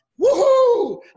Woohoo